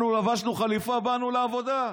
לבשנו חליפה, באנו לעבודה?